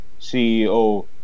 CEO